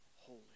holy